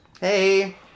Hey